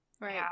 Right